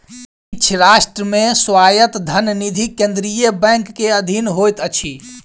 किछ राष्ट्र मे स्वायत्त धन निधि केंद्रीय बैंक के अधीन होइत अछि